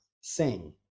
sing